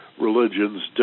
religion's